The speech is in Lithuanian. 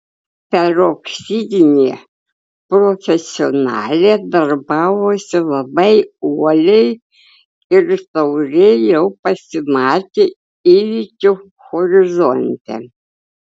peroksidinė profesionalė darbavosi labai uoliai ir taurė jau pasimatė įvykių horizonte